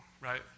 Right